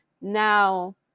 Now